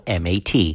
MAT